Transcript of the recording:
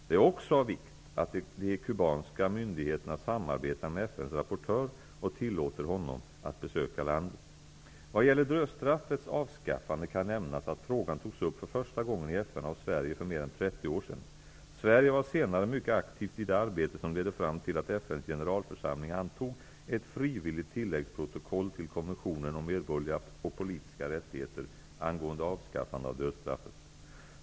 Det är också av vikt att de kubanska myndigheterna samarbetar med FN:s rapportör och tillåter honom att besöka landet. Vad gäller dödsstraffets avskaffande kan nämnas att frågan togs upp för första gången i FN av Sverige för mer än 30 år sedan. Sverige var senare mycket aktivt i det arbete som ledde fram till att FN:s generalförsamling antog ett frivilligt tilläggsprotokoll till konventionen om medborgerliga och politiska rättigheter angående avskaffande av dödsstraffet.